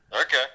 Okay